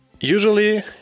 Usually